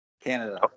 canada